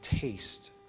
taste